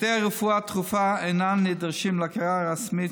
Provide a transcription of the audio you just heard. מוקדי רפואה דחופה אינם נדרשים להכרה רשמית